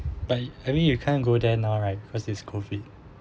but I mean you can't go there now right cause it's COVID